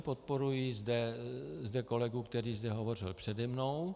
Podporuji zde kolegu, který hovořil přede mnou.